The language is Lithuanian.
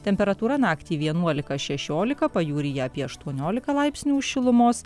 temperatūra naktį vienuolika šešiolika pajūryje apie aštuoniolika laipsnių šilumos